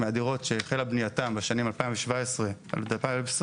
הדירות שהחלה בנייתן בשנים 2017 עד 2020